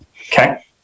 Okay